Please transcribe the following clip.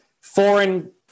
foreign